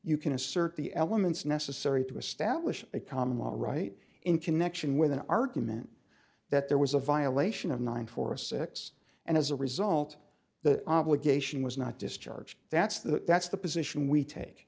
you can assert the elements necessary to establish a comma right in connection with an argument that there was a violation of nine for a six and as a result the obligation was not discharged that's that that's the position we take